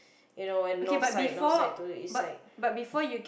you know and north side north side to the east side